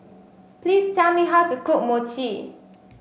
please tell me how to cook Mochi